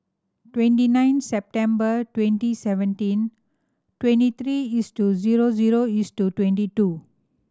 twenty nine September twenty seventeen twenty three zero zero twenty two